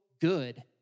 good